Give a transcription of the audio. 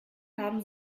haben